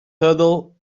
huddle